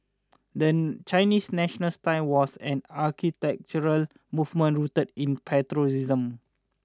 the Chinese national style was an architectural movement rooted in patriotism